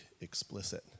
explicit